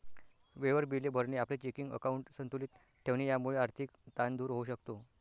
वेळेवर बिले भरणे, आपले चेकिंग अकाउंट संतुलित ठेवणे यामुळे आर्थिक ताण दूर होऊ शकतो